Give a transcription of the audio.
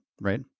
right